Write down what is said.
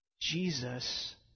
Jesus